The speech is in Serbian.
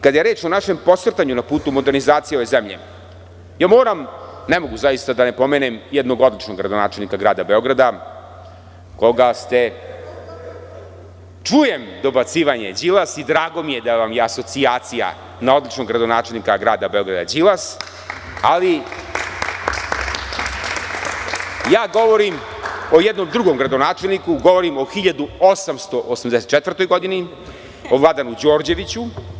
Kada je reč o našem posrtanju na putu modernizacije ove zemlje, moram, ne mogu zaista da ne pomenem jednog običnog gradonačelnika grada Beograda, koga ste, čujem dobacivanje „Đilas“ i drago mi je da vam je asocijacija na običnog gradonačelnika grada Beograda - Đilas, ali ja govorim o jednom drugom gradonačelniku, govorim o 1884. godini, o Vladanu Đorđeviću.